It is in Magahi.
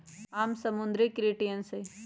आम समुद्री क्रस्टेशियंस हई